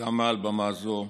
גם מעל במה זו,